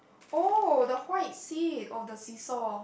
oh the white seat of the seesaw